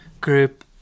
group